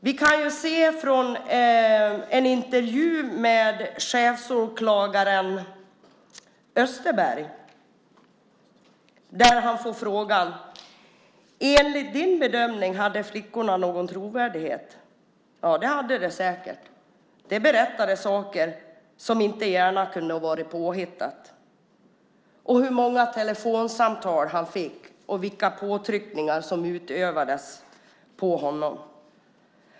Vi kan se till en intervju med chefsåklagare Österberg. Där får han frågan: Enligt din bedömning, hade flickorna någon trovärdighet? Ja, det hade de säkert. De berättade saker som inte gärna kunde ha varit påhittat. Han berättade om hur många telefonsamtal han fick och hur många påtryckningar som utövades mot honom.